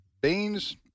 beans